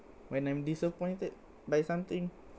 when I'm disappointed by something